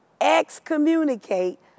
excommunicate